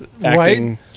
Right